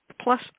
plus